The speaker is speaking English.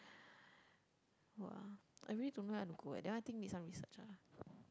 !wah! I really don't know where I wanna go eh that one I think need some research ah